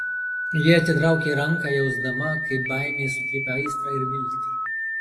ji atitraukė ranką jausdama kaip baimė sutrypia aistrą ir viltį